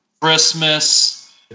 Christmas